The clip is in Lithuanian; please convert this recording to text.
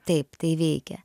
taip tai veikia